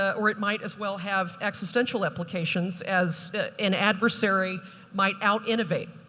ah or it might as well have existential applications as an adversary might out innovate,